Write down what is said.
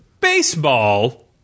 Baseball